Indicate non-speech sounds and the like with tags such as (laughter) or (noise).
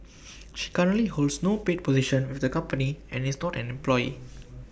(noise) she currently holds no paid position with the company and is not an employee